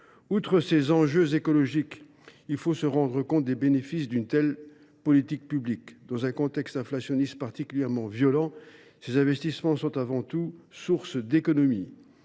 Outre les enjeux écologiques qu’elle présente, il faut se rendre compte des bénéfices d’une telle politique publique. Dans un contexte inflationniste particulièrement violent, ces investissements sont avant tout sources d’économies.